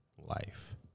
Life